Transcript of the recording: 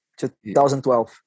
2012